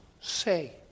say